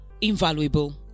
invaluable